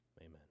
Amen